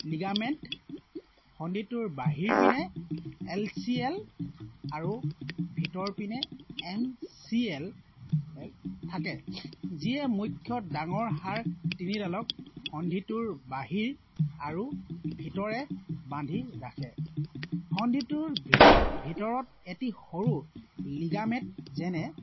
ligament সন্ধিটোৰ বাহিৰপিনে L C L আৰু ভিতৰপিনে এম চি এল থাকে যিয়ে মুখ্য ডাঙৰ হাড় তিনিডালক সন্ধিটোৰ বাহিৰ আৰু ভিতৰে বান্ধি ৰাখে সন্ধিটোৰ ভিতৰত এটি সৰু লিগামেট যেনে